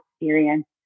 experience